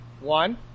One